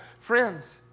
Friends